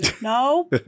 no